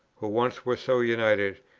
who once were so united,